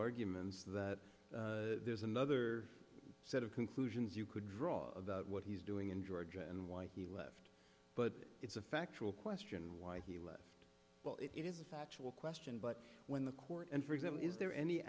arguments that there's another set of conclusions you could draw what he's doing in georgia and why he left but it's a factual question why he left well it is a factual question but when the court and for example is there any